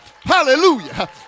hallelujah